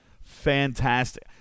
Fantastic